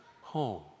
home